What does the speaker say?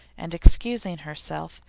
and excusing herself,